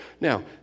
Now